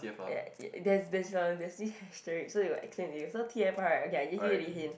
ya ya there's there's a there's this asterisk so t_f_r right okay I give you a bit hint